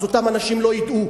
אז אותם אנשים לא ידעו.